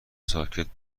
ساکت